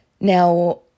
Now